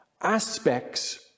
aspects